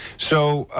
so,